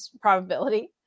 probability